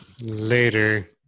Later